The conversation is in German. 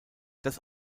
das